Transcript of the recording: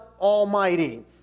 Almighty